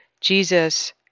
Jesus